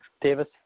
Davis